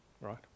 right